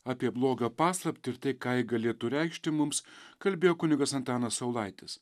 apie blogio paslaptį ir tai ką ji galėtų reikšti mums kalbėjo kunigas antanas saulaitis